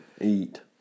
Eat